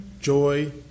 joy